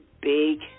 big